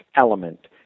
element